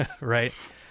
right